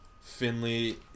Finley